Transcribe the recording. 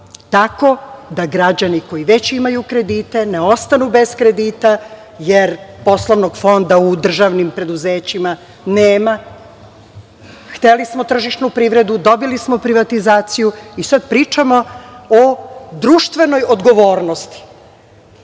tako da građani koji već imaju kredite ne ostanu bez kredita, jer poslovnog fonda u državnim preduzećima nema. Hteli smo tržišnu privredu, dobili smo privatizaciju i sad pričamo o društvenoj odgovornosti. Umesto